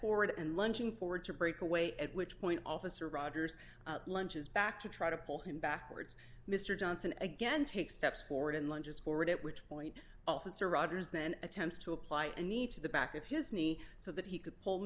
forward and lunging forward to break away at which point officer rogers lunches back to try to pull him back or it's mr johnson again take steps forward and lunges forward at which point officer rogers then attempts to apply any to the back of his knee so that he could pull